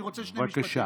בבקשה.